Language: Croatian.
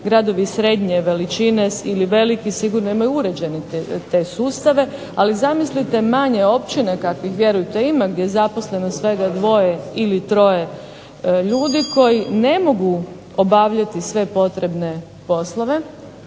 Gradovi srednje veličine ili veliki sigurno imaju uređene te sustave, ali zamislite manje općine kakvih vjerujte ima gdje je zaposleno svega dvoje ili troje ljudi koji ne mogu obavljati sve potrebne poslove,